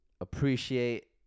appreciate